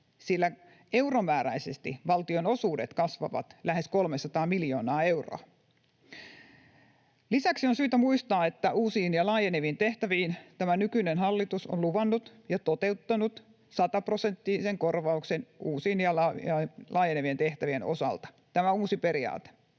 sillä euromääräisesti valtionosuudet kasvavat lähes 300 miljoonaa euroa. Lisäksi on syytä muistaa, että uusiin ja laajeneviin tehtäviin tämä nykyinen hallitus on luvannut ja toteuttanut sataprosenttisen korvauksen. Tämä on uusi periaate.